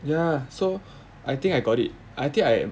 ya so I think I got it I think I